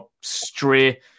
stray